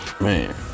Man